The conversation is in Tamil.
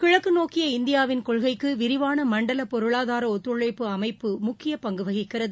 கிழக்கு நோக்கிய இந்தியாவின் கொள்கைக்கு விரிவான மண்டல பொருளாதார ஒத்துழைப்பு அமைப்பு முக்கிய பங்கு வகிக்கிறது